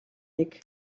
нэг